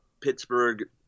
Pittsburgh